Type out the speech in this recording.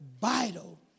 vital